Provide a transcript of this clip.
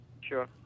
Sure